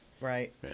Right